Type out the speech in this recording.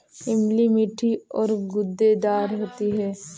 इमली मीठी और गूदेदार होती है